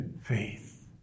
faith